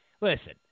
listen